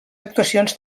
actuacions